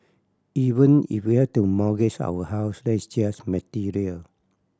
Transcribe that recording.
even if we had to mortgage our house that's just material